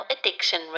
Addiction